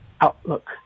Outlook